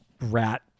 rat